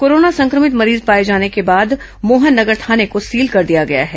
corona संक्रमित मरीज पाए जाने के बाद मोहन नगर थाने को सील कर दिया गया है